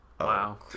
Wow